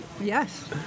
Yes